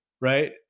Right